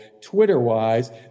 Twitter-wise